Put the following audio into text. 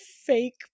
fake